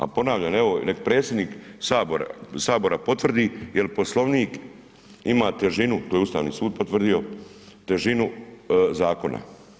A ponavljam, evo nek predsjednik Sabora potvrdi jel Poslovnik ima težinu, to je Ustavni sud potvrdio, težinu zakona.